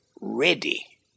READY